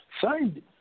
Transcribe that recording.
signed